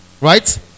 Right